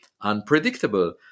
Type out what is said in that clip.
unpredictable